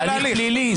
זה הליך פלילי.